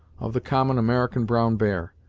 of the common american brown bear,